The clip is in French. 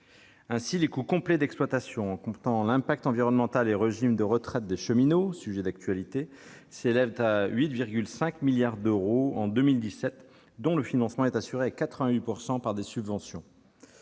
Ainsi, les coûts complets d'exploitation, en comptant l'impact environnemental et le régime de retraite des cheminots- sujet d'actualité -, s'élevaient à 8,5 milliards d'euros en 2017, dont le financement était assuré à 88 % par des subventions